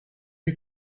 you